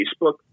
Facebook